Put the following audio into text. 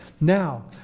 Now